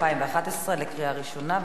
2011, קריאה ראשונה.